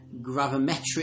gravimetric